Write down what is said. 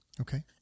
Okay